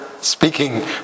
speaking